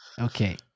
Okay